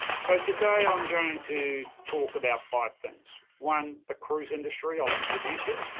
so, today i'm going to talk about five things. one, the cruise industry, i'll introduce it.